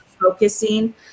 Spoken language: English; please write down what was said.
focusing